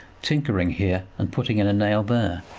tinkering here and putting in a nail there,